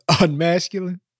unmasculine